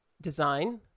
design